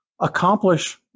accomplish